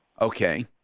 Okay